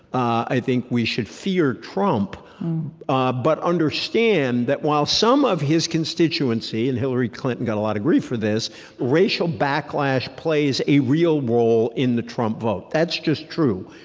i think we should fear trump ah but understand that, while some of his constituency and hillary clinton got a lot of grief for this racial backlash plays a real role in the trump vote. that's just true.